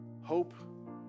hope